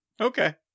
Okay